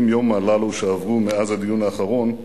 ב-80 יום הללו שעברו מאז הדיון האחרון,